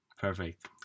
Perfect